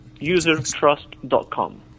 Usertrust.com